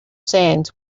sands